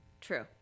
true